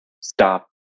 stop